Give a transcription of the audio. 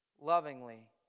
lovingly